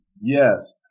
Yes